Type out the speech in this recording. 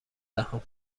دهم